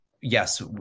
yes